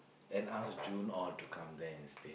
and ask June all to come there and stay